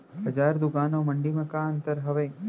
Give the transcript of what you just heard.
बजार, दुकान अऊ मंडी मा का अंतर हावे?